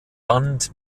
band